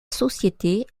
société